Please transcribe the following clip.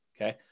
okay